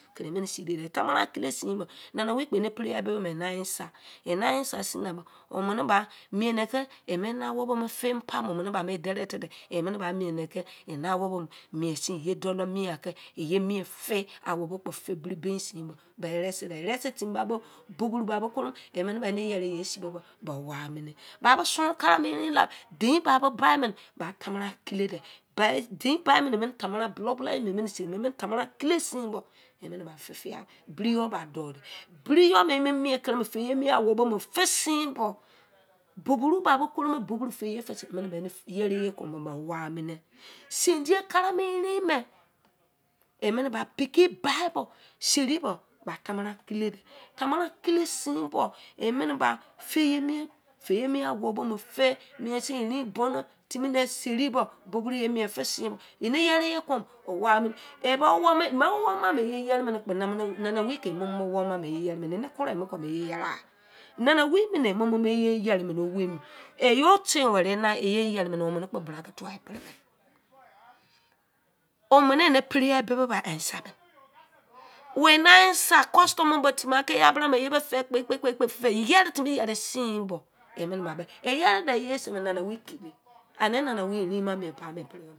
Kiri emene seride tamara kile se sin bo, nanawei kpo ene prayer bo answer, aniser sin ne me o mene ba mien ne ke ene wobo bo mofe mo paimo direct de emene ba mien ne ke ene wobo mo mien sin iye dolo mien ake iye mien fe awobo gbo fe bri be mo sin ba rese de. Rese timi ba bo buboru ba bo koro, emene ba ene yere iyobo se be ba uwu amune. Ba bo sonrun kere mo erin la me dein ba bo bi mene me, ba tamara kile de. Dein bi mene me, tamara bulou, bulou emene seri tamara kile sin bo emene fe fiai, briyo ba bode, briyo me, emu mien kere musin eye mien awobo mo fen sin bo, bobu ru ba bo koro mene boburu fe ye fesin emene ba ene yere iye bo ke o wu amune. Sin-do kere mo rein me, emene ba peki ba bo seri bo ba tamara kile de. Tamara kile sin bo emene ba feye mien owobo mo fe, mien sin erin bonu timi ne seri bo boburu iye mien fesin bo ene yere ye kpo uwu amune, ma uwu ma mu iye yere mene kpo, nanawei ke e mo, mo uwu ma iye yere mene ene kuru emu ke iye yere. Nanawei be ne emo mo iye yere mene owei eh you ten were ene iye yere omene ikpo bra tuwa o mene ene prayer bo be be answer wen answer, question ne ke timi yere sin bo emene ba bo e yere de ye se nanawei kile ane nanawei erin ma mien paimo pre me